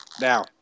Now